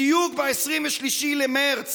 בדיוק ב-23 במרץ